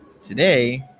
Today